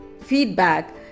feedback